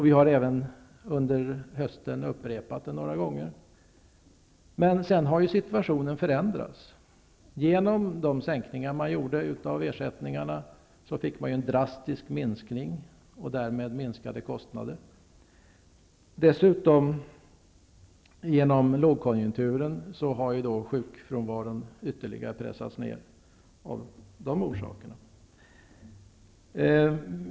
Vi har även under hösten upprepat det några gånger. Men sedan har situationen förändrats. Genom de sänkningar man gjorde av ersättningarna fick vi en drastisk minskning av sjukskrivningarna, och därmed minskade kostnader. Dessutom har sjukfrånvaron ytterligare pressats ner genom lågkonjunkturen.